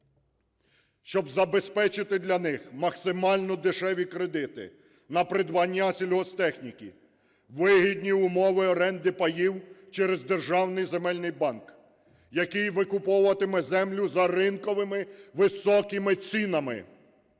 щоб забезпечити для них максимально дешеві кредити на придбання сільгосптехніки, вигідні умови оренди паїв через Державний земельний банк, який викуповуватиме землю за ринковими високими цінами,